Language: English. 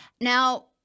Now